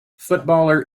footballer